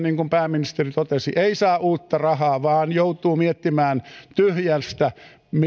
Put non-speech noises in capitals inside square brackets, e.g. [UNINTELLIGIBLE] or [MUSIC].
[UNINTELLIGIBLE] niin kuin pääministeri totesi ei saa uutta rahaa vaan joutuu miettimään tyhjästä